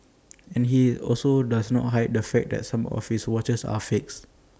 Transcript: and he also does not hide the fact that some of his watches are fakes